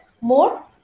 more